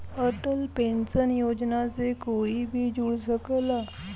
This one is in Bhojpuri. अटल पेंशन योजना से कोई भी जुड़ सकला